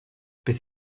beth